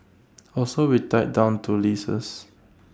also we tied down to leases